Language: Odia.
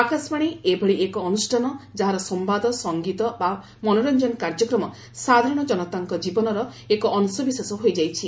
ଆକାଶବାଣୀ ଏଭଳି ଏକ ଅନୁଷ୍ଠାନ ଯାହାର ସମ୍ଭାଦ ସଂଗୀତ ବା ମନୋରଞ୍ଜନ କାର୍ଯ୍ୟକ୍ରମ ସାଧାରଣ ଜନତାଙ୍କ ଜୀବନର ଏକ ଅଂଶବିଶେଷ ହୋଇଯାଇଛି